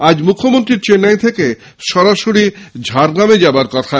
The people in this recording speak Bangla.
আজ মুখ্যমন্ত্রীর চেন্নাই থেকে সরাসরি ঝাড়গ্রামে যাওয়ার কথা